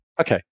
Okay